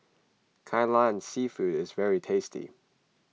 Kai Lan Seafood is very tasty